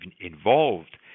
involved